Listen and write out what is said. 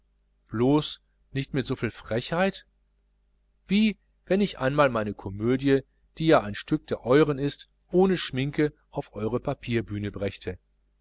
blos nicht mit soviel frechheit wie wenn ich einmal meine comödie die ja ein stück der euren ist ohne schminke auf eure papierbühne brächte